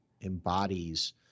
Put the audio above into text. embodies